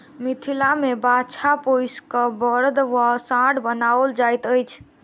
मिथिला मे बाछा पोसि क बड़द वा साँढ़ बनाओल जाइत अछि